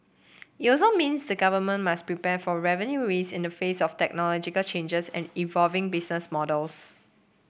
it also means the government must prepare for revenue risk in the face of technological changes and evolving business models